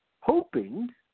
hoping